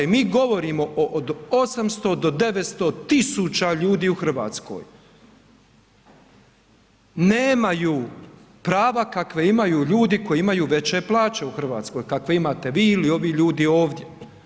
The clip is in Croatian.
I mi govorimo o 800 do 900 tisuća ljudi u Hrvatskoj, nemaju prava kakva imaju ljudi koji imaju veće plaće u Hrvatskoj kakve imate vi ili ovi ljudi ovdje.